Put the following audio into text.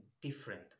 different